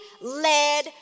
led